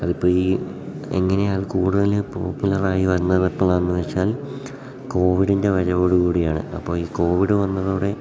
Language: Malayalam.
അതിപ്പം ഈ എങ്ങനെയാണ് കൂടുതൽ പോപ്പുലറായി വന്നതിട്ടുള്ളതെന്നു വെച്ചാൽ കോവിഡിൻ്റെ വരവോടു കൂടിയാണ് അപ്പം ഈ കോവിഡ് വന്നതോടെ